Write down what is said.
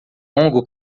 longo